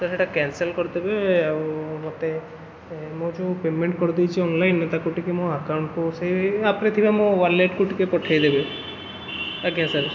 sir ସେଇଟା cancel କରିଦେବେ ଆଉ ମୋତେ ମୁଁ ଯେଉଁ ପେମେଣ୍ଟ୍ କରିଦେଇଛି ଅନ୍ଲାଇନ୍ରେ ତାକୁ ଟିକେ ମୋ ଆକାଉଣ୍ଟ୍କୁ ସେ ଆପ୍ରେ ଥିବା ମୋ ୱାଲେଟ୍କୁ ଟିକେ ପଠାଇ ଦେବେ ଆଜ୍ଞା ସାର୍